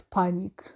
panic